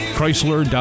Chrysler